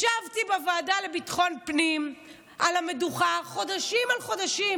ישבתי בוועדה לביטחון פנים על המדוכה חודשים על חודשים,